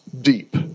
deep